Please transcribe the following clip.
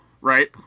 Right